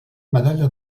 medalla